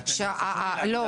לא,